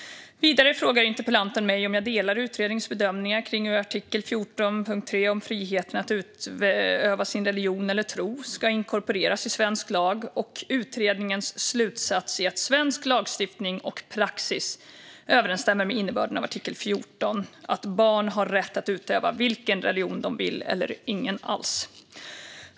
Vidare frågar interpellanten mig om jag delar utredningens bedömningar kring hur artikel 14.3 om friheten att utöva sin religion eller tro ska inkorporeras i svensk lag och utredningens slutsats att svensk lagstiftning och praxis överensstämmer med innebörden av artikel 14, att barn har rätt att utöva vilken religion de vill eller ingen alls.